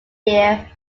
year